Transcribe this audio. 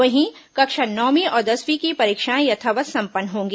वहीं कक्षा नवमीं और दसवीं की परीक्षाएं यथावत् संपन्न होंगी